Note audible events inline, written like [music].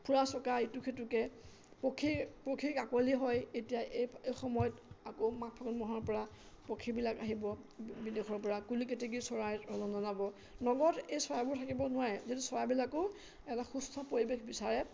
ফুৰা চকা ইটো সিটোকে পক্ষী পক্ষীৰ কাকলি হয় এতিয়া এই এই সময়ত আকৌ মাঘ ফাগুন মাহৰ পৰা পক্ষীবিলাক আহিব বিদেশৰ পৰা কুলি কেতেকী চৰাই [unintelligible] নগৰত এই চৰাইবোৰ থাকিব নোৱাৰে যিহেতু চৰাইবিলাকেও এটা সুস্থ পৰিৱেশ বিচাৰে